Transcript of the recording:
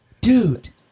dude